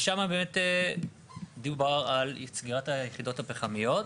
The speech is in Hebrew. היא התקבלה ב-2018 ושם באמת דובר על סגירת היחידות הפחמיות,